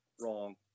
Wrong